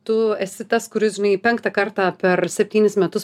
tu esi tas kuris žinai penktą kartą per septynis metus